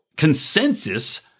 consensus